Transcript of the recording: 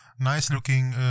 nice-looking